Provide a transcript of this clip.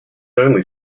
only